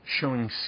showing